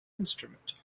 instrument